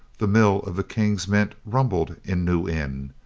the mill of the king's mint rumbled in new inn.